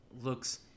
looks